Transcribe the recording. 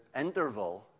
interval